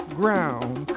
ground